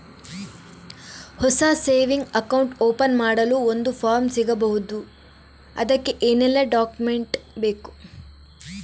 ಹೊಸ saving account open ಮಾಡಲು ಒಂದು ಫಾರ್ಮ್ ಸಿಗಬಹುದು? ಅದಕ್ಕೆ ಏನೆಲ್ಲಾ ಡಾಕ್ಯುಮೆಂಟ್ಸ್ ಬೇಕು?